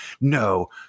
no